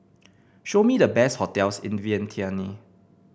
show me the best hotels in Vientiane